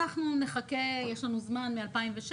אנחנו נחכה, יש לנו זמן מ-2006.